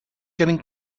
getting